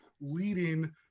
leading